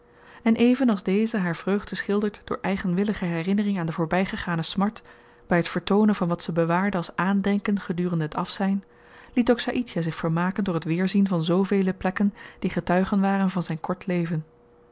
en even als deze haar vreugde schildert door eigenwillige herinnering aan de voorbygegane smart by t vertoonen van wat ze bewaarde als aandenken gedurende het afzyn liet ook saïdjah zich vermaken door t weerzien van zoovele plekken die getuigen waren van zyn kort leven